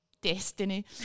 destiny